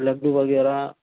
लड्डू वगैरह